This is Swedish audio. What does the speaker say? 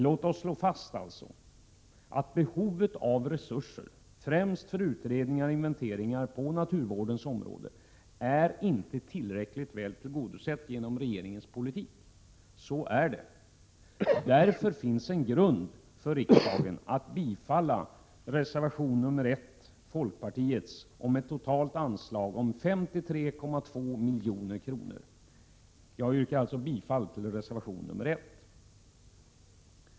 Låt oss slå fast att behovet av resurser, främst för utredningar och inventeringar på naturvårdens område, inte är tillräckligt väl tillgodosett genom regeringens politik. Därför finns grund för riksdagen att bifalla reservation 1 från folkpartiet om ett totalt anslag på 53,2 milj.kr. Jag yrkar alltså bifall till reservation 1. Herr talman!